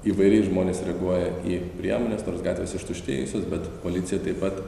įvairiai žmonės reaguoja į priemones nors gatvės ištuštėjusios bet policija taip pat